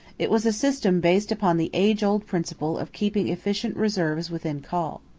it was a system based upon the age-old principle of keeping efficient reserves within call.